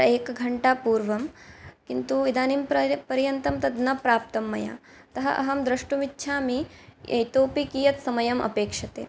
एकघण्टापूर्वं किन्तु इदानीं पर्यन्तं तत् न प्राप्तं मया अतः अहं द्रष्टुमिच्छामि इतोपि कियत् समयम् अपेक्षते